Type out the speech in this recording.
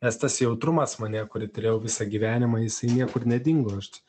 nes tas jautrumas manyje kuri turėjau visą gyvenimą jisai niekur nedingo aš